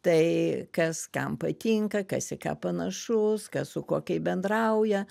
tai kas kam patinka kas į ką panašus kas su kaip bendrauja